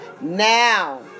Now